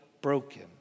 broken